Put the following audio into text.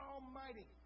Almighty